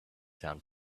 sound